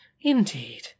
Indeed